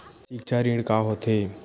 सिक्छा ऋण का होथे?